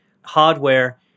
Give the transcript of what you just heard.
hardware